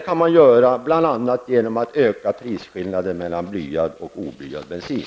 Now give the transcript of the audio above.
Man kan göra det bl.a. genom att öka prisskillnaden mellan blyad och oblyad bensin.